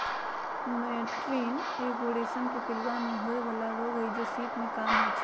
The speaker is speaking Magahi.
मैटीन एगो रेशम के पिलूआ में होय बला रोग हई जे शीत काममे होइ छइ